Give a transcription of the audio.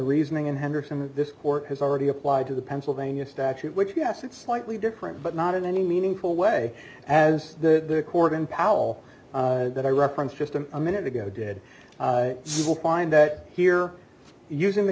reasoning in henderson this court has already applied to the pennsylvania statute which yes it's slightly different but not in any meaningful way as the organ powell that i referenced just i'm a minute ago did find that here using the